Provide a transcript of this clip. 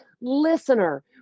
listener